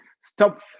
Stop